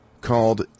called